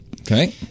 Okay